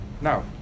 Now